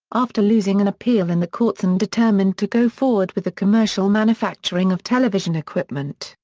after losing an appeal in the courts and determined to go forward with the commercial manufacturing of television equipment,